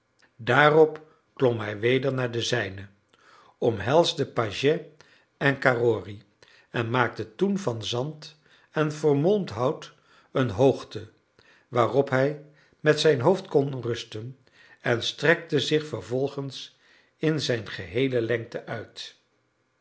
daarop klom hij weder naar de zijne omhelsde pagès en carrory en maakte toen van zand en vermolmd hout een hoogte waarop hij met zijn hoofd kon rusten en strekte zich vervolgens in zijn geheele lengte uit